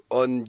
on